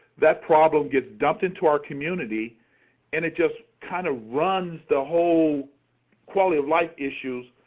that problems gets dumped into our community and it just kind of runs the whole quality of life issues.